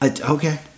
Okay